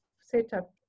setup